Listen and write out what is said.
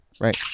Right